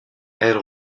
elle